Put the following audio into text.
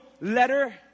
letter